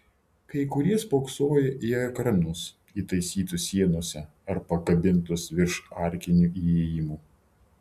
kai kurie spoksojo į ekranus įtaisytus sienose ar pakabintus virš arkinių įėjimų